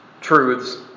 truths